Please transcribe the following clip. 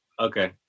Okay